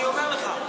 אני אומר לך.